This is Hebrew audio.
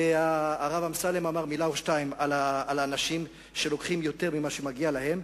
והרב אמסלם אמר מלה או שתיים על האנשים שלוקחים יותר ממה שמגיע להם.